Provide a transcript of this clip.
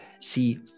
See